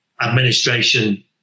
administration